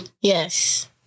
Yes